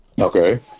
Okay